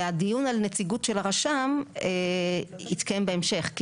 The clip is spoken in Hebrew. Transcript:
והדיון על נציגות של הרשם יתקיים בהמשך.